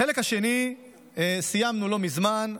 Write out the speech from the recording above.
החלק השני, סיימנו לא מזמן,